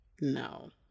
No